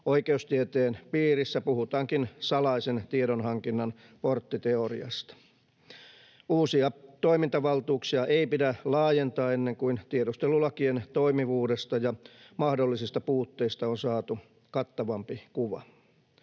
Oikeustieteen piirissä puhutaankin salaisen tiedonhankinnan porttiteoriasta. Uusia toimintavaltuuksia ei pidä laajentaa ennen kuin tiedustelulakien toimivuudesta ja mahdollisista puutteista on saatu kattavampi kuva.